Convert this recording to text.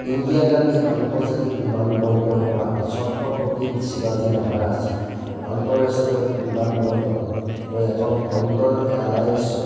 ইন্দিৰা গান্ধী আন্তৰ্জাতিক বিমানবন্দৰৰ পৰা ছত্ৰপতি শিৱাজী মহাৰাজ আন্তঃৰাষ্ট্ৰীয় বিমানবন্দৰলৈ এখন কণ্ডৰ এয়াৰলাইনছৰ